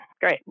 great